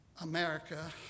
America